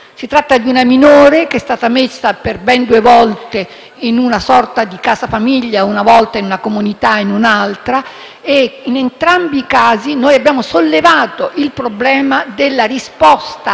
Si tratta di una minore, che è stata messa per ben due volte in una sorta di casa famiglia, una volta in una comunità, poi in un'altra, e in entrambi i casi abbiamo sollevato il problema della risposta,